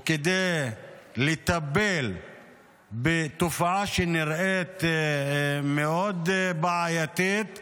או כדי לטפל בתופעה שנראית בעייתית מאוד,